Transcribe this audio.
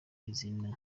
izina